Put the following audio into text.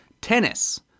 Tennis